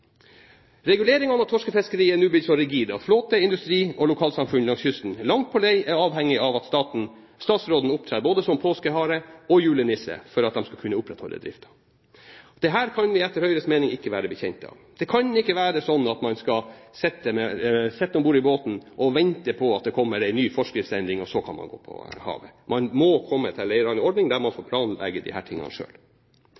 Reguleringene av torskefiskeriet er nå blitt så rigide at flåte, industri og lokalsamfunn langs kysten langt på vei er avhengige av at statsråden opptrer både som påskehare og julenisse for at de skal kunne opprettholde driften. Dette kan vi, etter Høyres mening, ikke være bekjente av. Det kan ikke være slik at man skal sitte om bord i båten og vente på at det kommer en ny forskriftsendring, og så kan man gå på havet. Man må komme til en eller annen ordning, der man